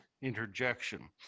interjection